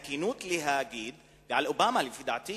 ולפי דעתי